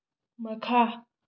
ꯃꯈꯥ